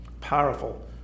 powerful